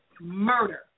murder